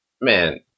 Man